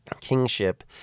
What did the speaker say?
kingship